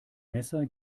messer